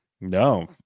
No